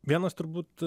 vienas turbūt